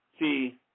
See